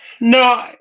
No